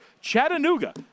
Chattanooga